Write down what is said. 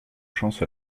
chance